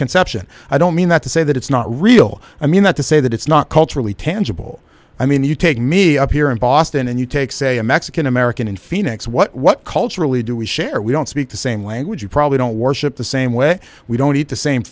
conception i don't mean that to say that it's not real i mean that to say that it's not culturally tangible i mean you take me up here in boston and you take say a mexican american in phoenix what what culturally do we share we don't speak the same language you probably don't worship the same way we don't eat the same